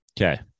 okay